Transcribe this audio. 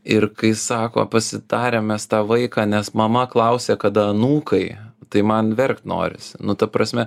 ir kai sako pasitarę mes tą vaiką nes mama klausė kada anūkai tai man verkt norisi nu ta prasme